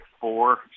four